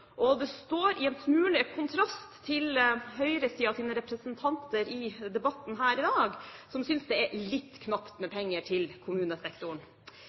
Det står en smule i kontrast til høyresidens representanter i debatten her i dag, som synes det er litt knapt med penger til kommunesektoren.